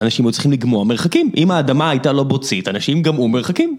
אנשים היו צריכים לגמור מרחקים, אם האדמה הייתה לא בוצית, אנשים גמרו מרחקים.